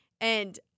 and-